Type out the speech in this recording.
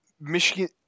Michigan